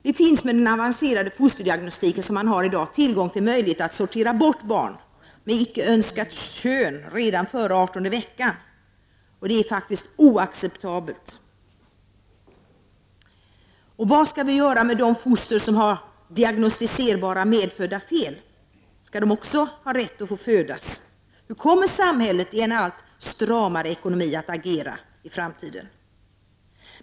Det finns med den avancerade fosterdiagnostik som vi har i dag möjlighet att sortera bort barn med icke önskat kön redan före 18:e veckan. Det är oacceptabelt. Vad skall vi göra med de foster som har diagnostiserbara medfödda fel? Skall de ha rätt att få födas? Hur kommer samhället i en allt stramare ekonomi att agera i framtiden?